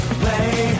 play